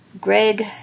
Greg